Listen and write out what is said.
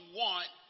want